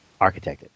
architected